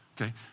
okay